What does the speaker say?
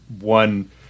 one